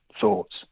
thoughts